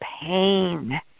pain